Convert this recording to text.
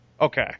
Okay